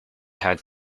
had